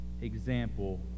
Example